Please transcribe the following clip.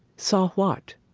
saw what?